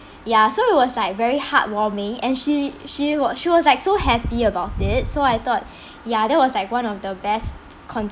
ya so it was like very heartwarming and she she was she was like so happy about it so I thought ya that was like one of the best con~